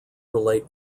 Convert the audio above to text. relate